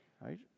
right